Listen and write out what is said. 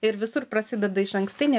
ir visur prasideda išankstinė